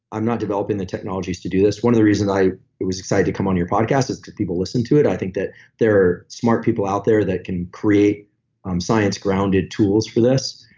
i'm not developing the technologies to do this. one of the reasons i was excited to come on your podcast is because people listen to it i think that there are smart people out there that can create um science grounded tools for this